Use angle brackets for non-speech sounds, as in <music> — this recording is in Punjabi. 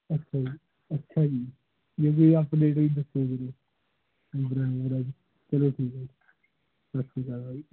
ਅੱਛਾ ਜੀ ਅੱਛਾ ਜੀ ਜੇ ਕੋਈ ਅਪਡੇਟ ਹੋਈ ਤਾਂ ਦੱਸਿਓ ਜ਼ਰੂਰ ਜੀ <unintelligible> ਚਲੋ ਠੀਕ ਹੈ ਜੀ ਸਤਿ ਸ਼੍ਰੀ ਅਕਾਲ ਬਾਈ